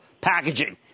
packaging